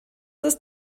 ist